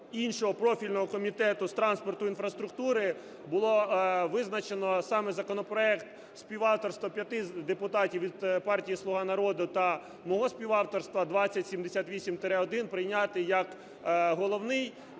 іншого профільного комітету з транспорту, інфраструктури було визначено саме законопроект співавторства п'яти депутатів від партії "Слуга народу" та мого співавторства 2078-1 прийняти як головний.